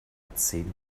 zehn